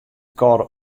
kâlde